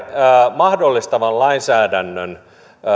mahdollistavan lainsäädännön